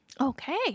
Okay